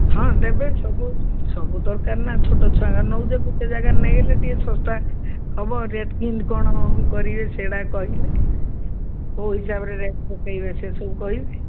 ହଁ ଦେବେ ସବୁ ସବୁ ଦରକାର ନା ଛୋଟ ଛୁଆଙ୍କ ଣଏଉଛ ଗୋଟେ ଜାଗାରେ ନେଇଗଲେ ଟିକିଏ ଶସ୍ତା ହେବ ରେଟ୍ କେମିତି କ'ଣ କରିବେ ସେଇଟା କହିଲେ କେଉଁ ହିସାବରେ ରେଟ୍ ପକାଇବେ ସେସବୁ କହିବେ